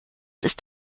ist